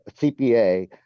CPA